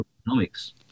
economics